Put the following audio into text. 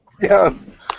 Yes